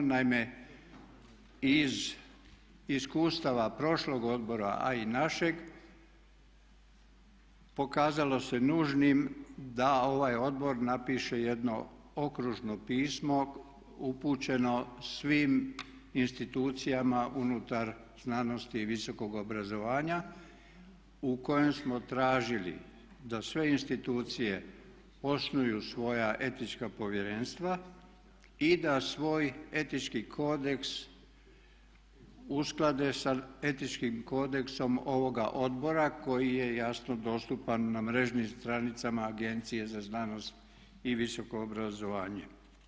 Naime, iz iskustava prošlog odbora a i našeg pokazalo se nužnim da ovaj odbor napiše jedno okružno pismo upućeno svim institucijama unutar znanosti i visokog obrazovanja u kojem smo tražili da sve institucije osnuju svoja etička povjerenstva i da svoj etički kodeks usklade sa etičkim kodeksom ovoga odbora koji je jasno dostupan na mrežnim stranicama Agencije za znanost i visoko obrazovanje.